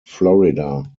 florida